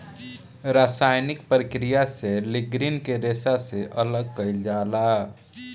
रासायनिक प्रक्रिया में लीग्रीन के रेशा से अलग कईल जाला